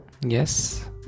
yes